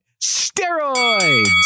steroids